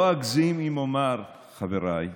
לא אגזים אם אומר, חבריי,